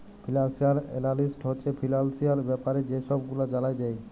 financial analyst হছে financial ব্যাপারে যে ছব গুলা জালায় দেই